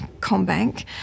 Combank